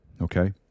okay